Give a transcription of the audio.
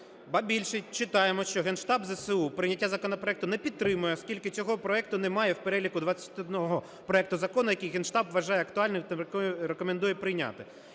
Ба більше, читаємо, що Генштаб ЗСУ прийняття законопроекту не підтримує, оскілки цього проекту немає в переліку 21 проекту закону, які Генштаб вважає актуальними та рекомендує прийняти.